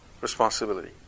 responsibility